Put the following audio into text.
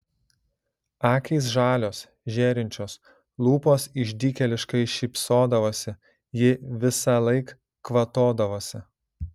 akys žalios žėrinčios lūpos išdykėliškai šypsodavosi ji visąlaik kvatodavosi